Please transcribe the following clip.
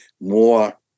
more